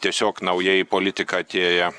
tiesiog naujai į politiką atėję